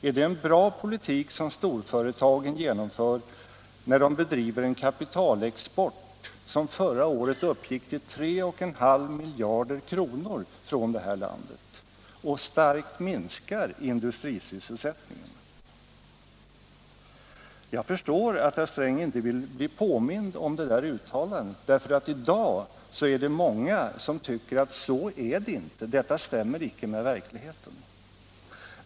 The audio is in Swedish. Är det en bra politik som storföretagen genomför när de bedriver en kapitalexport — som förra året uppgick till 3,5 miljarder kronor från det här landet — och starkt minskar industrisysselsättningen? Jag förstår att herr Sträng inte vill bli påmind om det där uttalandet, därför att det i dag är många som tycker att så är det inte; detta stämmer inte med verkligheten.